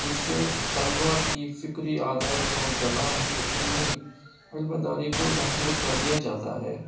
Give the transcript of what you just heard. جس سے طلبہ کی فکری آزادی اور زبان کی علمی علم داری کو محدود کر دیا جاتا ہے